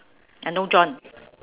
I no john